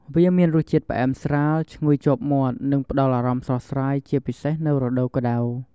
វាមានរសជាតិផ្អែមស្រាល ឈ្ងុយជាប់មាត់ និងផ្តល់អារម្មណ៍ស្រស់ស្រាយ ជាពិសេសនៅរដូវក្ដៅ។